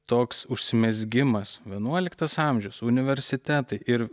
toks užsimezgimas vienuoliktas amžius universitetai ir